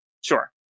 Sure